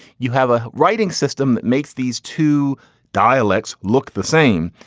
you have a writing system that makes these two dialects look the same,